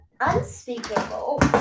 Unspeakable